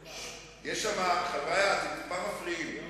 חברי, אתם טיפה מפריעים.